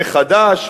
מחדש,